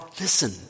listen